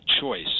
choice